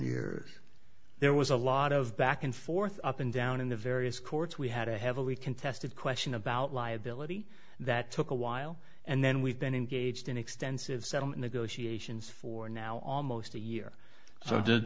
years there was a lot of back and forth up and down in the various courts we had a heavily contested question about liability that took a while and then we've been engaged in extensive settlement negotiations for now almost a year so did